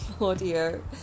audio